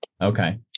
Okay